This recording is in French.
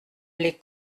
les